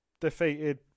defeated